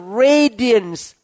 radiance